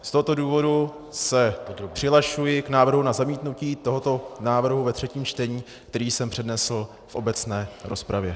Z tohoto důvodu se přihlašuji k návrhu na zamítnutí tohoto návrhu ve třetím čtení, který jsem přednesl v obecné rozpravě.